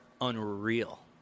unreal